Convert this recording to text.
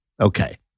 Okay